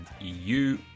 EU